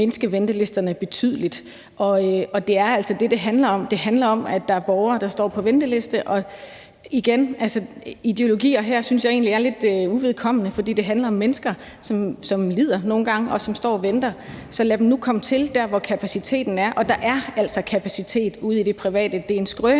mindske ventelisterne betydeligt. Det er altså det, det handler om. Det handler om, at der er borgere, der står på venteliste, og igen vil jeg sige, at jeg egentlig synes, at ideologier er lidt uvedkommende her, for det handler om mennesker, som nogle gange lider, og som står og venter. Lad dem nu komme til der, hvor kapaciteten er, og der er altså kapacitet ude i det private. Det er en skrøne,